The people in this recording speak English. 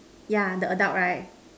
yeah the adult right